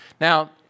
Now